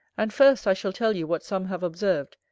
and first, i shall tell you what some have observed,